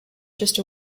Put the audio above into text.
just